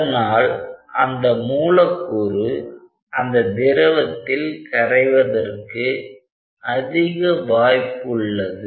அதனால் அந்த மூலக்கூறு அந்த திரவத்தில் கரைவதற்கு அதிக வாய்ப்பு உள்ளது